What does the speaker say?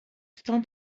tutan